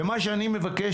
ומה שאני מבקש,